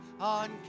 on